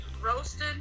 Roasted